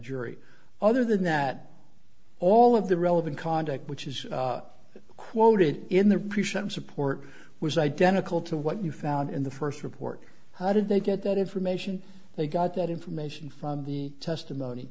jury other than that all of the relevant conduct which is quoted in the present support was identical to what you found in the first report how did they get that information they got that information from the testimony